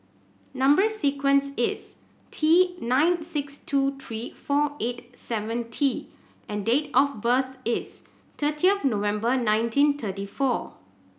number sequence is T nine six two three four eight seven T and date of birth is thirtieth November nineteen thirty four